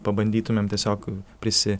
pabandytumėm tiesiog prisi